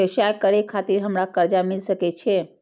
व्यवसाय करे खातिर हमरा कर्जा मिल सके छे?